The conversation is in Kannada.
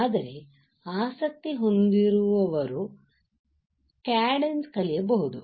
ಆದರೆ ಆಸಕ್ತಿ ಹೊಂದಿರುವವರು ಕ್ಯಾಡೆನ್ಸ್ ಕಲಿಯಬಹುದು